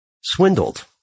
swindled